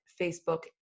Facebook